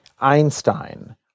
Einstein